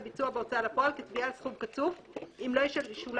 לביצוע בהוצאה לפועל כתביעה על סכום קצוב אם לא ישולם